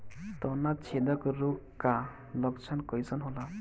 तना छेदक रोग का लक्षण कइसन होला?